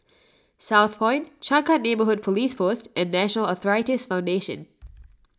Southpoint Changkat Neighbourhood Police Post and National Arthritis Foundation